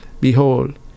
Behold